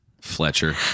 Fletcher